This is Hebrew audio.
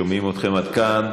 שומעים אתכם עד כאן.